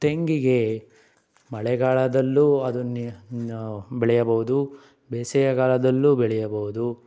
ತೆಂಗಿಗೆ ಮಳೆಗಾಲದಲ್ಲೂ ಅದನ್ನ ಬೆಳೆಯಬಹುದು ಬೇಸಿಗೆಗಾಲದಲ್ಲೂ ಬೆಳೆಯಬಹುದು